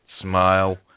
smile